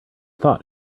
thought